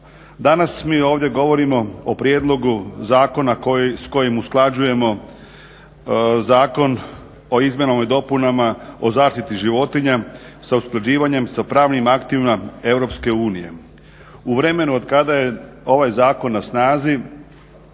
Danas mi ovdje govorimo o prijedlogu zakona s kojim usklađujemo Zakon o izmjenama i dopunama o zaštiti životinja s usklađivanjem s pravnim aktima Europske unije. U vremenu od kada je ovaj zakon na snazi